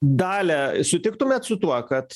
dalia sutiktumėt su tuo kad